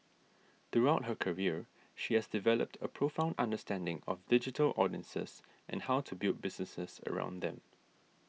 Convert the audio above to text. throughout her career she has developed a profound understanding of digital audiences and how to build businesses around them